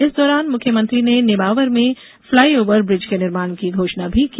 इस दौरान मुख्यमंत्री ने नेमावर में फ्लाई ओवर ब्रिज के निर्माण की घोषणा भी की